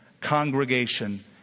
congregation